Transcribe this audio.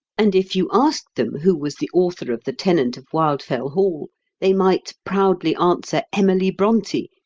and if you asked them who was the author of the tenant of wildfell hall they might proudly answer emily bronte,